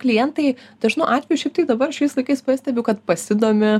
klientai dažnu atveju šiaip tai dabar šiais laikais pastebiu kad pasidomi